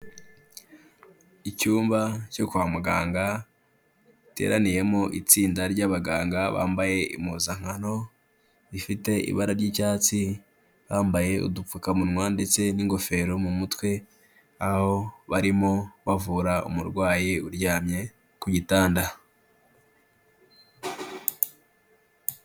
Icyumba cyo kwa muganga, giteraniyemo itsinda ry'abaganga bambaye impuzankano, rifite ibara ry'icyatsi, bambaye udupfukamunwa ndetse n'ingofero mu mutwe, aho barimo bavura umurwayi uryamye, ku gitanda.